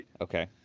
Okay